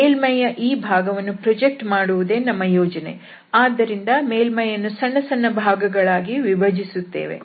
ಮೇಲ್ಮೈಯ ಈ ಭಾಗವನ್ನು ಪ್ರೊಜೆಕ್ಟ್ ಮಾಡುವುದೇ ನಮ್ಮ ಯೋಜನೆ ಆದ್ದರಿಂದ ಮೇಲ್ಮೈಯನ್ನು ಸಣ್ಣ ಸಣ್ಣ ಭಾಗಗಳಾಗಿ ವಿಭಜಿಸುತ್ತೇವೆ